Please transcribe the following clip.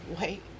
wait